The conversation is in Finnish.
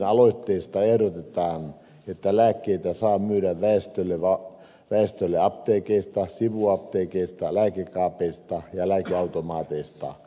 aloitteessa ehdotetaan että lääkkeitä saa myydä väestölle apteekeista sivuapteekeista lääkekaapeista ja lääkeautomaateista